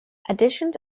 editions